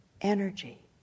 energy